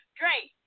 great